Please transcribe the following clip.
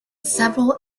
several